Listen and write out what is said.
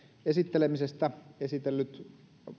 esittelemisestä esitellyt